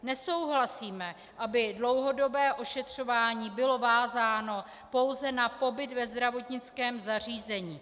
Nesouhlasíme, aby dlouhodobé ošetřování bylo vázáno pouze na pobyt ve zdravotnickém zařízení.